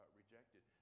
rejected